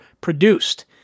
produced